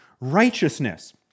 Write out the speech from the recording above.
righteousness